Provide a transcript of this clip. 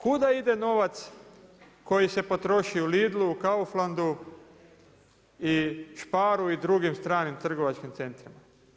Kuda ide novac koji se potroši u Lidlu, u Kauflandu i Sparu i drugim stranim trgovačkim centrima?